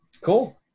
Cool